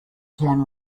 can